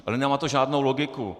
Ale nemá to žádnou logiku.